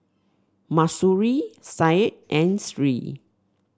Mahsuri Syed and Sri